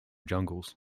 jungles